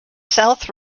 south